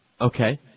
Okay